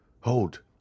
Hold